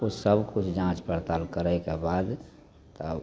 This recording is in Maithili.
ओसब किछु जाँच पड़ताल करैके बाद तब